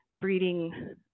Breeding